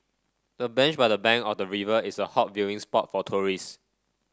the bench by the bank of the river is a hot viewing spot for tourist